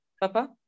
Papa